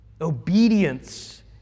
Obedience